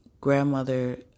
grandmother